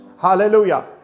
Hallelujah